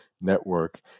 network